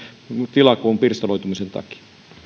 tilakoon pirstaloitumisen takia